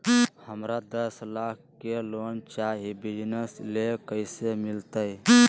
हमरा दस लाख के लोन चाही बिजनस ले, कैसे मिलते?